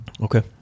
Okay